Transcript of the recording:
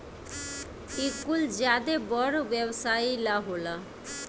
इ कुल ज्यादे बड़ व्यवसाई ला होला